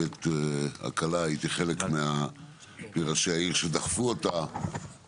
הייתי חלק מראשי העיר שדחפו את הרכבת הקלה,